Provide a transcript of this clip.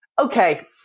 okay